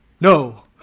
No